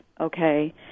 okay